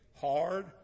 hard